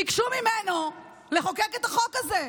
ביקשו ממנו לחוקק את החוק הזה.